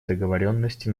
договоренности